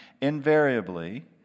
invariably